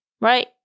right